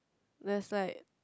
that's like